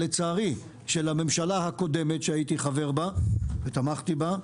לצערי של הממשלה הקודמת שהייתי חבר בה ותמכתי בה,